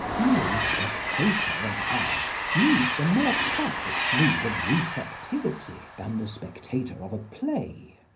no spectator of art needs a more perfect mood of receptivity than the spectator of a play.